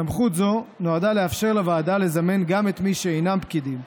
סמכות זו נועדה לאפשר לוועדה לזמן גם את מי שאינם פקידים,